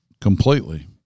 completely